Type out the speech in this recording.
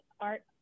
art